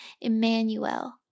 Emmanuel